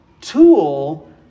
tool